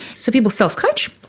so people self-coach.